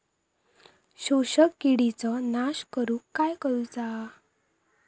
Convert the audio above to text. शोषक किडींचो नाश करूक काय करुचा?